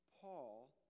Paul